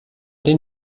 denn